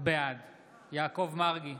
בעד יעקב מרגי,